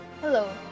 Hello